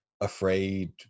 afraid